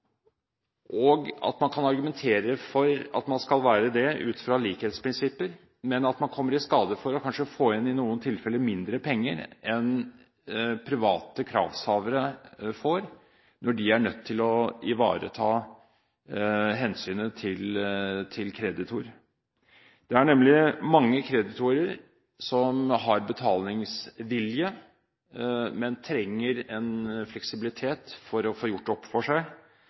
og at man kan argumentere for at man skal være det ut fra likhetsprinsipper, men at man kommer i skade for i noen tilfeller å få inn mindre penger enn private kravshavere får når de er nødt til å ivareta hensynet til kreditor. Det er nemlig mange kreditorer som har betalingsvilje, men som trenger en fleksibilitet for å få gjort opp for seg.